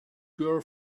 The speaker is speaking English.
girl